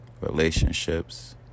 relationships